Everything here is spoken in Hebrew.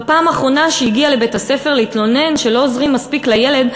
בפעם האחרונה שהגיעה לבית-הספר להתלונן שלא עוזרים מספיק לילד,